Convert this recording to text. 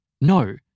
No